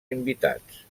invitats